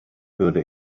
würde